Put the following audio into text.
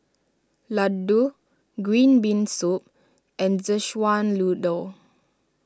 Laddu Green Bean Soup and Szechuan Noodle